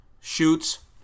shoots